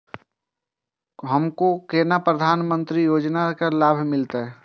हमरो केना प्रधानमंत्री योजना की लाभ मिलते?